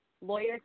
lawyers